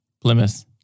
Plymouth